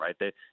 right